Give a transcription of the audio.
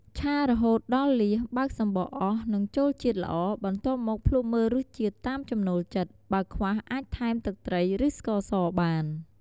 ឆារហូតដល់លៀសបើកសំបកអស់ និងចូលជាតិល្អ បន្ទាប់មកភ្លក់មើលរសជាតិតាមចំណូលចិត្ត បើខ្វះអាចថែមទឹកត្រី ឬស្ករសបាន។